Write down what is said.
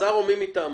השר או מי מטעמו.